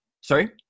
Sorry